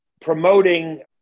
promoting